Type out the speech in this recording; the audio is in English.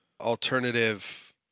alternative